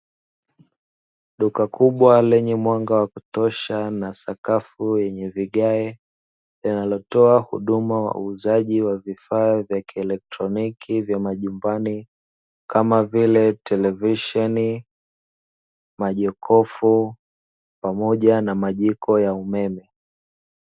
Duka kubwa lenye mwanga wa kutosha na sakafu yenye vigae, linalotoa huduma ya uuzaji vifaa vya kielektroniki vya majumbani kama vile; televisheni, majokofu pamoja na majiko ya umeme.